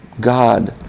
God